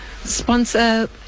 sponsor